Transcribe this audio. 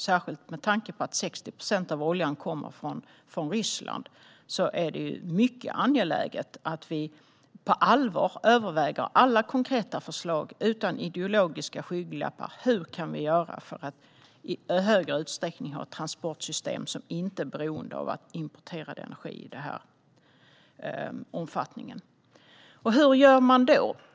Särskilt med tanke på att 60 procent av oljan kommer från Ryssland är det mycket angeläget att vi på allvar överväger alla konkreta förslag utan ideologiska skygglappar. Hur kan vi göra för att i större utsträckning ha ett transportsystem som inte är beroende av importerad energi i denna omfattning? Hur gör man då?